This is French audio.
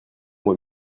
voit